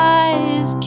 eyes